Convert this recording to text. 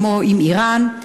כמו עם איראן,